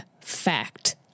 fact